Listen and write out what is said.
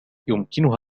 يمكنها